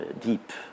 deep